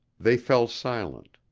they fell silent.